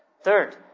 Third